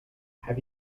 have